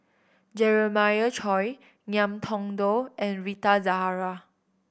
Jeremiah Choy Ngiam Tong Dow and Rita Zahara